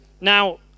now